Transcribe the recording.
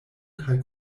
kaj